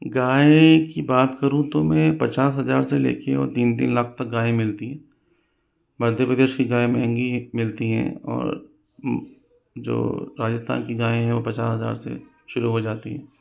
गाय की बात करूँ तो मैं पचास हज़ार से लेकर और तीन तीन लाख तक गाय मिलती हैं मध्य प्रदेश की गाय महंगी मिलती हैं और जो राजस्थान की गाय हैं वो पचास हज़ार से शुरू हो जाती है